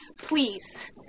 please